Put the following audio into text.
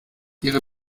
ihre